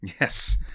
Yes